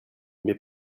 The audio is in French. mais